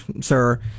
sir